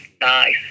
nice